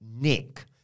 Nick